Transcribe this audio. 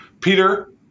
Peter